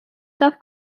tough